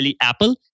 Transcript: Apple